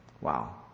Wow